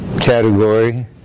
category